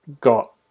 got